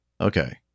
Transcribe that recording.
Okay